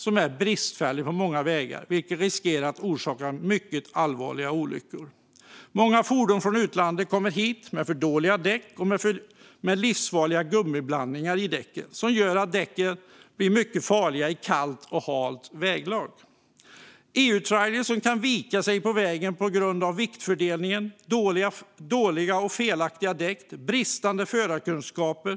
Den är bristfällig på många vägar, vilket riskerar att orsaka mycket allvarliga olyckor. Många fordon från utlandet kommer hit med för dåliga däck och med livsfarliga gummiblandningar i däcken. Det gör däcken mycket farliga i kallt och halt väglag. EU-trailrar kan vika sig på vägen på grund av viktfördelningen, dåliga och felaktiga däck och bristande förarkunskaper.